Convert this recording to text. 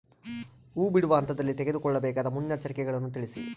ಹೂ ಬಿಡುವ ಹಂತದಲ್ಲಿ ತೆಗೆದುಕೊಳ್ಳಬೇಕಾದ ಮುನ್ನೆಚ್ಚರಿಕೆಗಳನ್ನು ತಿಳಿಸಿ?